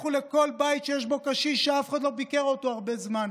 לכו לכל בית שיש בו קשיש שאף אחד לא ביקר אותו הרבה זמן,